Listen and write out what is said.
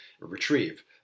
retrieve